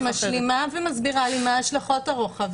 את משלימה ומסבירה לי מה השלכות הרוחב,